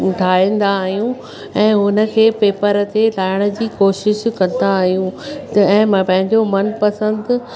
ठाहींदा आहियूं ऐं हुनखे पेपर ते लायण जी कोशिश कंदा आहियूं त ऐं मां पंहिंजो मनपसंद